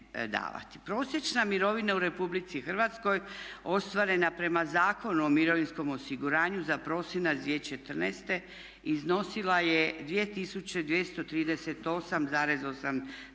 Prosječna mirovina u Republici Hrvatskoj ostvarena prema Zakonu o mirovinskom osiguranju za prosinac 2014. iznosila je 2238,85